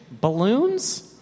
balloons